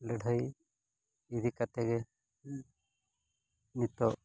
ᱞᱟᱹᱲᱦᱟᱹᱭ ᱤᱫᱤ ᱠᱟᱛᱮᱜᱮ ᱱᱤᱛᱳᱜ